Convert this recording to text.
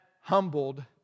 humbled